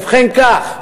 ובכן כך: